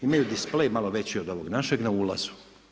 Imaju displej malo veći od ovoga našeg na ulazu.